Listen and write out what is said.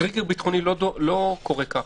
טריגר ביטחוני לא קורה ככה.